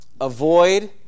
avoid